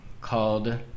Called